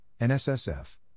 NSSF